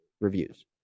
reviews